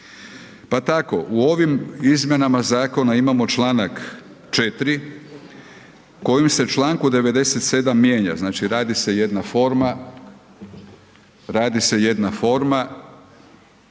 Pa tako u ovim izmjenama zakona imamo članak 4. kojim se članku 97. mijenja, znači radi se jedna forma koja manje-više